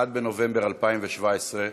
1 בנובמבר 2017,